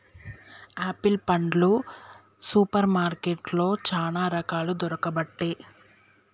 apple పండ్లు super మార్కెట్లో చానా రకాలు దొరుకబట్టె